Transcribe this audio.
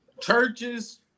Churches